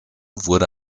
wurde